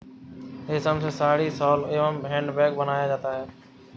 रेश्म से साड़ी, शॉल एंव हैंड बैग बनाया जाता है